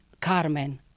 Carmen